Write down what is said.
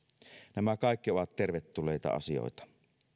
nämä kaikki ovat tervetulleita asioita